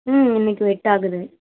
ம்ம் இன்னிக்கு வெட்டாகுது